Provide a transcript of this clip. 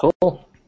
Cool